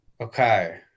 Okay